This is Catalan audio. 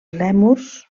lèmurs